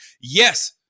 Yes